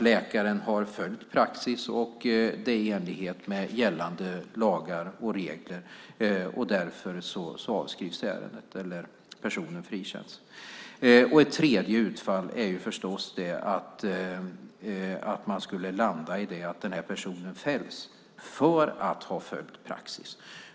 Läkaren har följt praxis, och det är i enlighet med gällande lagar och regler. Därför avskrivs ärendet eller personen frikänns. Ett tredje utfall är förstås att man skulle landa i att personen fälls för att ha följt praxis.